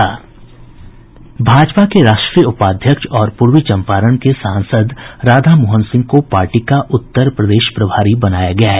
भाजपा के राष्ट्रीय उपाध्यक्ष और पूर्वी चंपारण के सांसद राधामोहन सिंह को पार्टी का उत्तर प्रदेश प्रभारी बनाया गया है